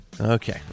Okay